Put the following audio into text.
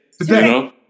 Today